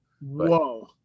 Whoa